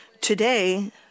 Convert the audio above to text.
Today